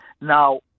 Now